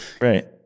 Right